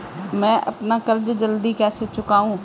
मैं अपना कर्ज जल्दी कैसे चुकाऊं?